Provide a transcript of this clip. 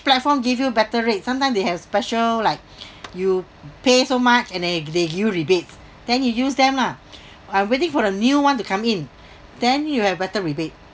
platform give you a better rate sometime they have special like you pay so much and then they give you rebates then you use them lah I'm waiting for a new one to come in then you'll have better rebate